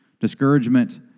Discouragement